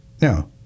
Now